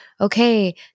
okay